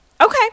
Okay